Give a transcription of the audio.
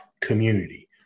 community